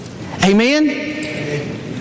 Amen